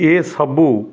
ଏ ସବୁ